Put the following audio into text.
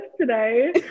today